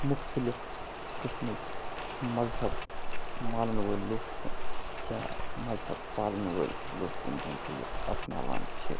مختلف قسمٕکۍ مذہب مانَن وٲلۍ لوٗکھ چھِ یا مذہب پالَن وٲلۍ لوٗکھ یِم زَن تہٕ یہِ اَپناوان چھِ